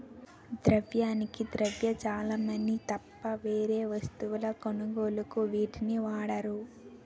ద్రవ్యానికి ద్రవ్య చలామణి తప్ప వేరే వస్తువుల కొనుగోలుకు వీటిని వాడరు